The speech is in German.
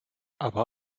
aber